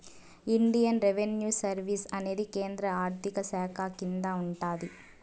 Indian revenue service అనేది కేంద్ర ఆర్థిక శాఖ కింద ఉంటాది